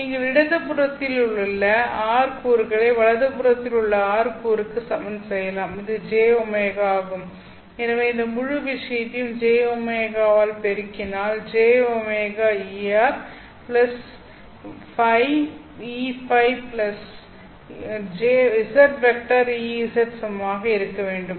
நீங்கள் இடது புறத்தில் உள்ள r கூறுகளை வலது புறத்தில் உள்ள r கூறுக்கு சமன் செய்யலாம் இது jω ஆகும் எனவே இந்த முழு விஷயத்தையும் jω ஆல் பெருக்கினால் jωε¿Er Ø EØ zEz சமமாக இருக்க வேண்டும்